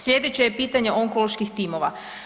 Slijedeće je pitanje onkoloških timova.